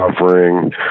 Suffering